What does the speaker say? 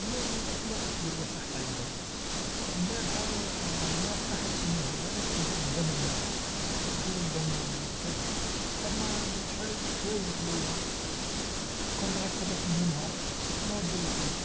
ل-لأكلات الحلوا صح طيبا، المالحه المالحه حاتشي منها لا لا دير الدم المالح، دير الدم و دير كذا، أما الحوايج الحلوا، لوكان تعرف كيفاش تاكل منها ماديرلك والو.